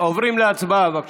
עוברים להצבעה, בבקשה.